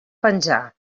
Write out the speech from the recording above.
penjar